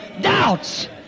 doubts